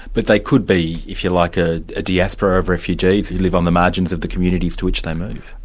but they could be, if you like, a diaspora of refugees who live on the margins of the communities to which they move.